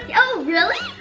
yeah oh, really?